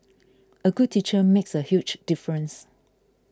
a good teacher makes a huge difference